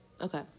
okay